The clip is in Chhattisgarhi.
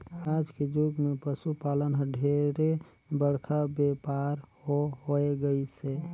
आज के जुग मे पसु पालन हर ढेरे बड़का बेपार हो होय गईस हे